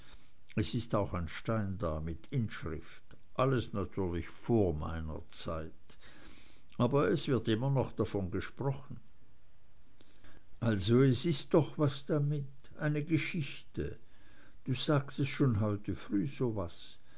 es ist auch ein stein da mit inschrift alles natürlich vor meiner zeit aber es wird noch immer davon gesprochen also ist es doch was damit eine geschichte du sagtest schon heute früh so